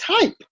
type